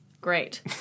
Great